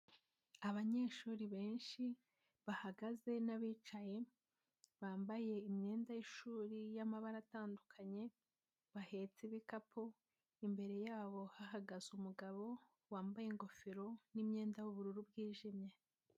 Abanyeshuri benshi bahagaze n'abicaye bambaye imyenda y'ishuri y'amabara atandukanye, bahetse ibikapu, imbere yabo hahagaze umugabo wambaye ingofero n'imyenda y'ubururu bwijimye.